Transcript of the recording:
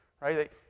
Right